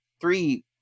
Three